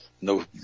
no